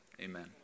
amen